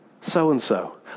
so-and-so